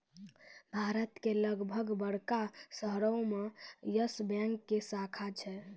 भारत के लगभग बड़का शहरो मे यस बैंक के शाखा छै